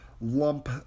lump